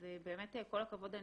אז באמת כל הכבוד.